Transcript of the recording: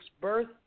birth